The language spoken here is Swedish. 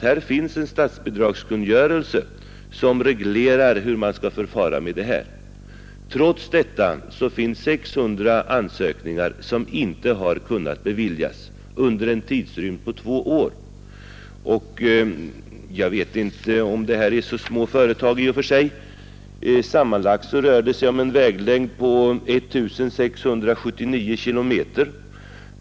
Här finns en statsbidragskungörelse, som reglerar hur vi skall förfara. Trots detta har 600 ansökningar inte kunnat beviljas under en tidsrymd av två år. Jag vet inte om det här är så små företag i och för sig. Sammanlagt rör det sig om en väglängd på 1 679 kilometer.